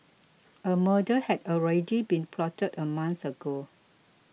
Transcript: a murder had already been plotted a month ago